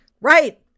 Right